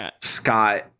Scott